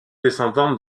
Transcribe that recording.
descendante